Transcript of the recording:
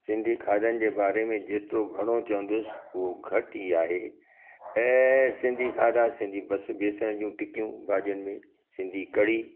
सिंधी खाधनि जे बारे में जेतिरो घणो चवंदुसि उहो घटि ई आहे ऐं सिंधी खाधा सिंधी बस बेसण जूं टिकियूं भाॼियुनि में सिंधी कढ़ी